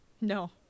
no